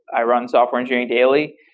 i run software engineering daily,